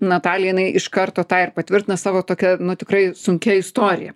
natalija jinai iš karto tą ir patvirtina savo tokia nu tikrai sunkia istorija